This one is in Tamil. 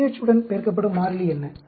pH உடன் பெருக்கப்படும் மாறிலி என்ன